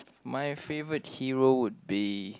my favorite hero would be